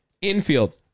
Infield